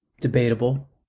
debatable